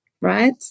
right